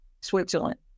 Switzerland